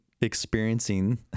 experiencing